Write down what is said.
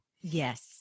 Yes